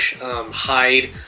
hide